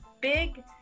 big